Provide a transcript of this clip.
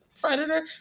Predator